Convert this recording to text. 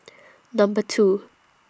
Number two